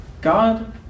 God